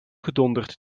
gedonderd